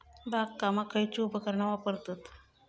बागकामाक खयची उपकरणा वापरतत?